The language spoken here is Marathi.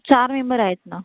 चार मेंबर आहेत ना